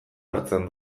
hartzen